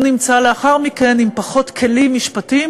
הוא נמצא לאחר מכן עם פחות כלים משפטיים